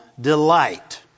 delight